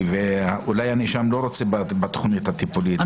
ואולי הנאשם לא רוצה בתוכנית הטיפולית,